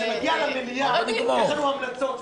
--- כשזה מגיע למליאה יש לנו המלצות,